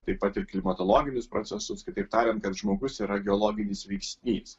taip pat ir klimatologinius procesus kitaip tariant kad žmogus yra geologinis veiksnys